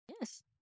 Yes